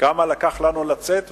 כמה לקח לנו לצאת ממנו,